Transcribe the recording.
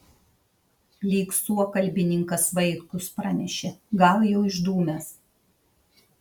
lyg suokalbininkas vaitkus pranešė gal jau išdūmęs